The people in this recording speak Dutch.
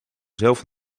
zelf